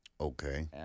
Okay